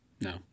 No